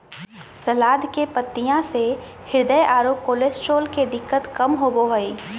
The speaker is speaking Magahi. सलाद के पत्तियाँ से हृदय आरो कोलेस्ट्रॉल के दिक्कत कम होबो हइ